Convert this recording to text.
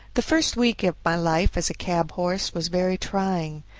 the first week of my life as a cab horse was very trying.